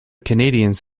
canadians